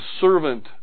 servant